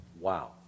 Wow